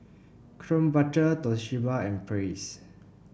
Krombacher Toshiba and Praise